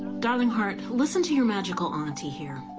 darling heart, listen to your magical auntie here.